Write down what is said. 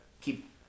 Keep